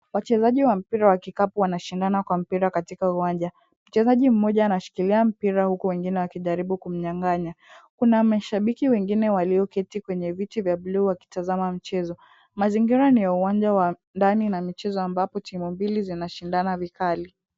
Wachezaji wa mpira wa kikapu wanashindana kwa mpira katika uwanja. Mchezaji mmoja anashikilia mpira huku wengine wakijaribu kumnyang'anya. Kuna mashabiki wengine walioketi kwenye viti vya bluu wakitazama mchezo. Mazingira ni ya uwanja wa ndani na michezo ambapo timu mbili zinashindana vikali.